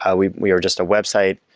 ah we we were just a website,